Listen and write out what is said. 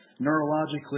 Neurologically